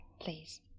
please